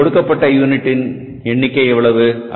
இங்கே கொடுக்கப்பட்ட யூனிட் எண்ணிக்கை எவ்வளவு